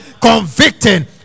convicting